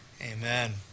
Amen